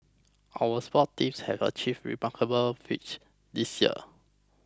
our sports teams have achieved remarkable feats this year